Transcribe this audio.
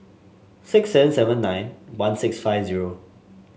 six seven seven nine one six five zero